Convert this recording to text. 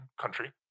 country